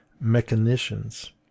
mechanicians